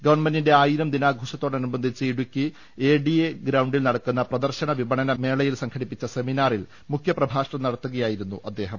ഗവൺമെന്റിന്റെ ആയിരം ദിനാഘോ ഷത്തോടനുബന്ധിച്ച് ഇടുക്കി ഐഡിഎ ഗ്രൌണ്ടിൽ നടക്കുന്ന പ്രദർശന വിപണന മേളയിൽ സംഘടിപ്പിച്ച സെമിനാറിൽ മുഖ്യപ്ര ഭാഷണം നടത്തുകയായിരുന്നു അദ്ദേഹം